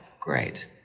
great